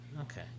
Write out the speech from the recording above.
Okay